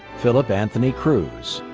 phillip anthony crews.